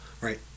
right